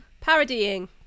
Parodying